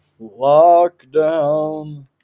lockdown